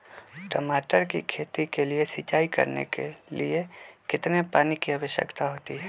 टमाटर की खेती के लिए सिंचाई करने के लिए कितने पानी की आवश्यकता होती है?